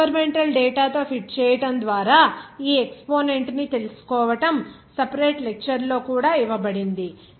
experimental data తో fit చేయడం ద్వారా ఈ ఎక్సపోనెంట్ ని తెలుసుకోవడం సెపరేట్ లెక్చర్ లో కూడా ఇవ్వబడింది